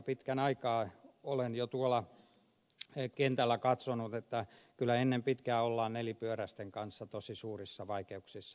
pitkän aikaa olen jo tuolla kentällä katsonut että kyllä ennen pitkää ollaan nelipyöräisten kanssa tosi suurissa vaikeuksissa